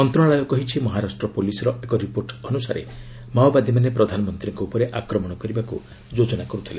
ମନ୍ତଶାଳୟ କହିଛି ମହାରାଷ୍ଟ୍ର ପୁଲିସ୍ର ଏକ ରିପୋର୍ଟ୍ ଅନୁସାରେ ମାଓବାଦୀମାନେ ପ୍ରଧାନମନ୍ତ୍ରୀଙ୍କ ଉପରେ ଆକ୍ରମଣ କରିବାକୁ ଯୋଜନା କରୁଥିଲେ